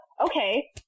okay